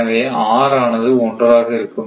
எனவே r ஆனது 1 ஆக இருக்கும்